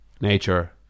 nature